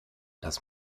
dass